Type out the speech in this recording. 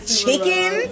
chicken